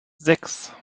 sechs